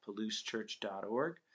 palousechurch.org